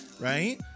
Right